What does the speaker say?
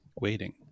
waiting